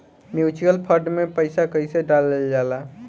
Mutual fund मे पईसा कइसे डालल जाला?